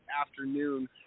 afternoon